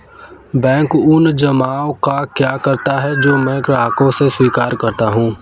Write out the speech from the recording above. Bank उन जमाव का क्या करता है जो मैं ग्राहकों से स्वीकार करता हूँ?